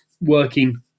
working